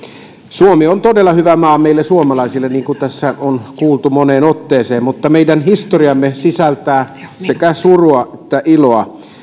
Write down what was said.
suomi on todella hyvä maa meille suomalaisille niin kuin tässä on kuultu moneen otteeseen mutta meidän historiamme sisältää sekä surua että iloa